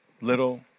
little